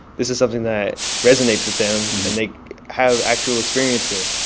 this is something that resonates with them and they have actual experience with.